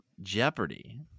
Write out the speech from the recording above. Jeopardy